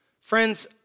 Friends